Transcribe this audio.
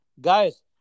guys